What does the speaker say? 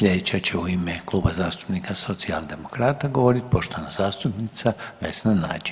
Sljedeća će u ime Kluba zastupnika Socijaldemokrata govoriti poštovana zastupnica Vesna Nađ.